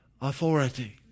authority